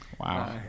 Wow